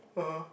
(uh huh)